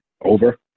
Over